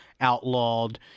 outlawed